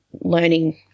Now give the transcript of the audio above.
learning